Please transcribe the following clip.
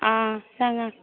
आं सांगा